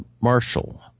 Marshall